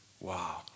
Wow